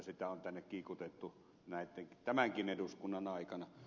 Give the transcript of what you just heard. sitä on tänne kiikutettu tämänkin eduskunnan aikana